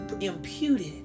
imputed